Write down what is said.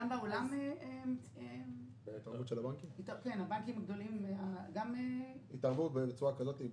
גם בעולם הבנקים הגדולים התערבו בצורה כזאת?